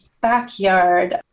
backyard